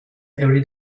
every